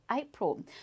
April